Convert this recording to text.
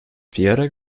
pierre